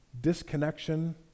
disconnection